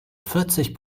vierzig